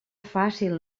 fàcil